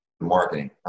marketing